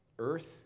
earth